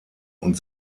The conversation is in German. und